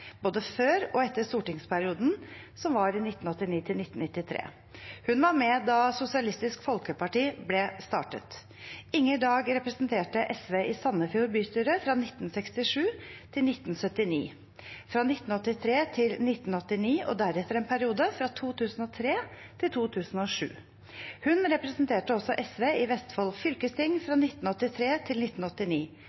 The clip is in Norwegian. både før og etter stortingsperioden 1989–1993. Hun var med da Sosialistisk Folkeparti ble startet. Inger Dag representerte SV i Sandefjord bystyre fra 1967 til 1979, fra 1983 til 1989 og deretter en periode fra 2003 til 2007. Hun representerte også SV i Vestfold fylkesting